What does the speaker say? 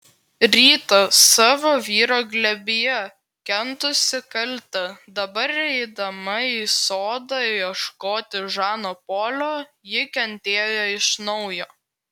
rytą savo vyro glėbyje kentusi kaltę dabar eidama į sodą ieškoti žano polio ji kentėjo iš naujo